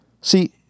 See